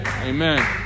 Amen